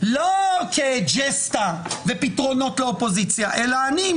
לא כג'סטה ופתרונות לאופוזיציה אלא אני,